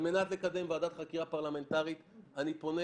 על מנת לקדם ועדת חקירה פרלמנטרית אני פונה